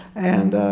and,